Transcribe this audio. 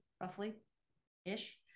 roughly-ish